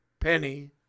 penny